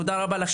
תודה רבה לכם.